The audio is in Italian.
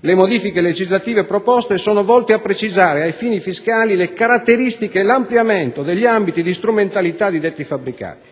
Le modifiche legislative proposte sono volte a precisare, ai fini fiscali, le caratteristiche e l'ampliamento degli ambiti di strumentalità di detti fabbricati.